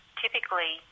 typically